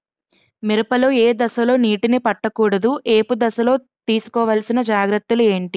మిరప లో ఏ దశలో నీటినీ పట్టకూడదు? ఏపు దశలో తీసుకోవాల్సిన జాగ్రత్తలు ఏంటి?